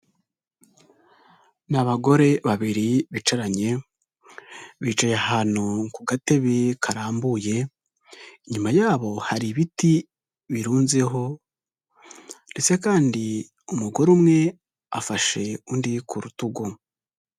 Ni abagore babiri bicaranye, bicaye ahantu ku gatebe karambuye, inyuma yabo hari ibiti birunzeho ndetse kandi umugore umwe afashe undi ku rutugu.